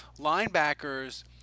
linebackers –